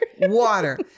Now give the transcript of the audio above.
Water